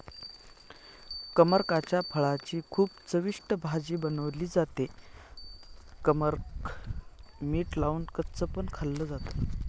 कमरकाच्या फळाची खूप चविष्ट भाजी बनवली जाते, कमरक मीठ लावून कच्च पण खाल्ल जात